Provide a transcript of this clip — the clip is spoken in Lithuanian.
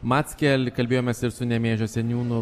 mackel kalbėjomės ir su nemėžio seniūnu